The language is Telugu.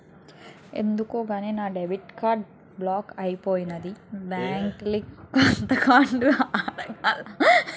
ఎందుకో గాని నా డెబిట్ కార్డు బ్లాక్ అయిపోనాది బ్యాంకికెల్లి కొత్త కార్డు అడగాల